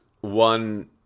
one